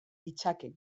ditzake